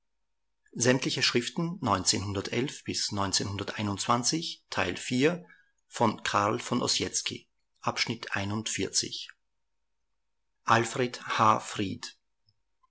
o alfred h fried